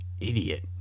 idiot